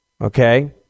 okay